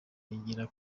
yigira